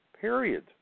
period